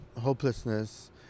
hopelessness